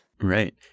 Right